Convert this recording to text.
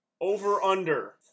over-under